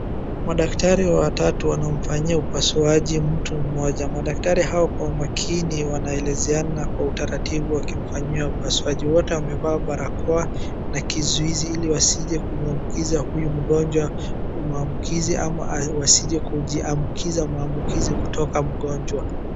Madaktari watatu wanamfanyia upasuaji mtu mmoja. Madaktari hao kwa umakini wanaelezeana kwa utaratibu wakimfanya upasuaji. Wote wamevaa barakoa na kizuizi ili wasije kumuambukiza huyu mgonjwa mambukizi ama wasije kujiambukiza mambukizi kutoka mgonjwa.